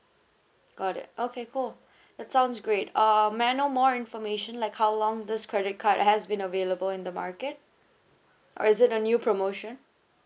got it okay cool that sounds great uh may I know more information like how long this credit card has been available in the market or is it a new promotion